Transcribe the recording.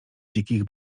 dzikich